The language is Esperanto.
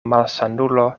malsanulo